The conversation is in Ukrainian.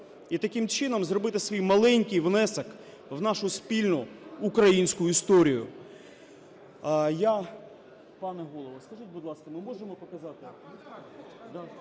і таким чином зробити свій маленький внесок в нашу спільну українську історію.